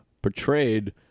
portrayed